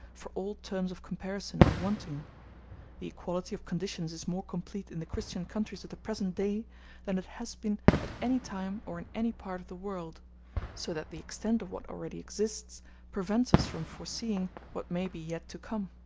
for all terms of comparison are wanting the equality of conditions is more complete in the christian countries of the present day than it has been at any time or in any part of the world so that the extent of what already exists prevents us from foreseeing what may be yet to come.